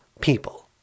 people